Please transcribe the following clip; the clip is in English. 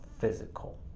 physical